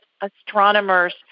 astronomers